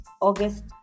August